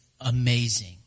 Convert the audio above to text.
amazing